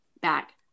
back